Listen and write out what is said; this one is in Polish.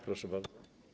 Proszę bardzo.